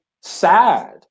sad